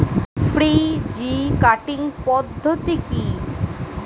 Three G cutting পদ্ধতি কি?